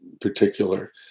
particular